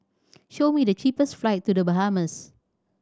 show me the cheapest flights to The Bahamas